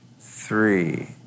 three